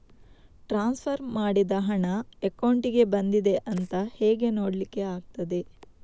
Transfer ಮಾಡಿದ ಹಣ ಅಕೌಂಟಿಗೆ ಬಂದಿದೆ ಅಂತ ಹೇಗೆ ನೋಡ್ಲಿಕ್ಕೆ ಆಗ್ತದೆ?